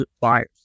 buyers